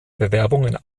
bewerbungen